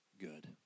good